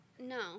No